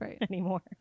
anymore